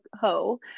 ho